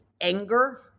anger